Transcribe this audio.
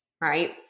right